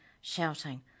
shouting